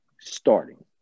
starting